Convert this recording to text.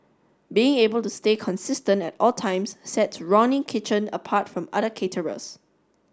being able to stay consistent at all times sets Ronnie Kitchen apart from other caterers